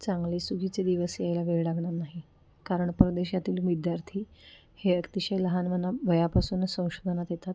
चांगले सुगीचे दिवस यायला वेळ लागणार नाही कारण परदेशातील विद्यार्थी हे अतिशय लहान मना वयापासूनच संशोधनात येतात